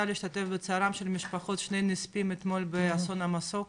אני רוצה להשתתף בצערם של משפחות שני נספים אתמול באסון המסוק.